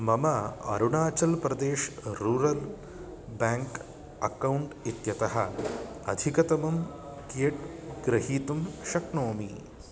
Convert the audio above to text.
मम Arunachal Pradesh rural bank account इत्यतः अधिकतमं कियत् ग्रहीतुं शक्नोमि